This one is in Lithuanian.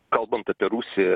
kalbant apie rusiją